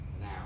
now